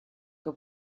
que